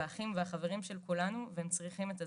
האחים והחברים של כולנו והם צריכים את עזרתנו.